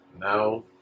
now